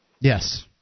Yes